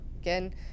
again